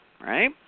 right